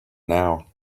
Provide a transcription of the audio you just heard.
now